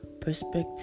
perspective